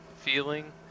Feeling